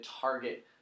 target